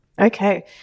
Okay